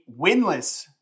winless